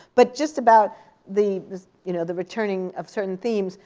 but just about the you know the returning of certain themes.